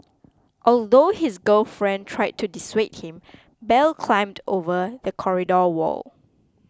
although his girlfriend tried to dissuade him Bell climbed over the corridor wall